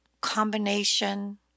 combination